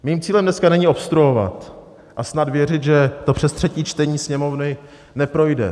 Mým cílem dneska není obstruovat a snad věřit, že to přes třetí čtení Sněmovny neprojde.